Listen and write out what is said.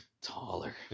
taller